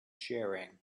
sharing